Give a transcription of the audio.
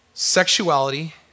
sexuality